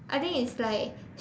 I think it's like